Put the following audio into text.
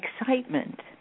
excitement